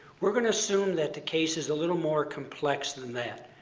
we're going to assume that the case is a little more complex than that.